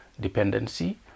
dependency